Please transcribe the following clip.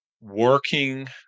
working